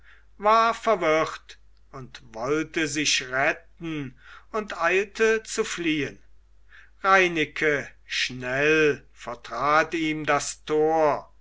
war verwirrt und wollte sich retten und eilte zu fliehen reineke schnell vertrat ihm das tor